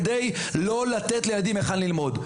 כדי לא לתת לילדים היכן ללמוד,